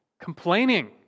complaining